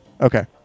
Okay